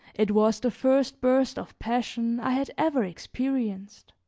it was the first burst of passion i had ever experienced.